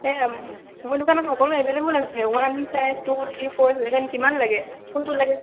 এ মোৰ দোকানত সকলো এভেইলেবল আছে one size two three four seven কিমান লাগে কোনটো লাগে